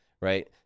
Right